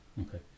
okay